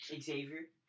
Xavier